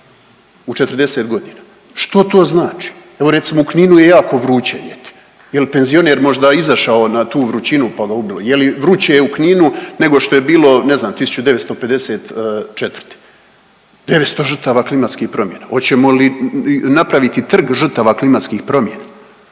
u 40 godina. Što to znači? Evo, recimo, u Kninu je jako vruće ljeti. Je li penzioner možda izašao na tu vrućinu pa ga ubilo? Je li vruće u Kninu nego što je bilo, ne znam, 1954.? 900 žrtava klimatskih promjena. Hoćemo li napraviti trgovačke žrtava klimatskih promjena?